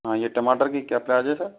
हाँ ये टमाटर कि क्या प्राइज़ है सर